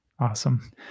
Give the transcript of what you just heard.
Awesome